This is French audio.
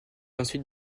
ensuite